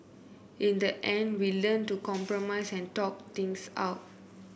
in the end we learnt to compromise and talk things out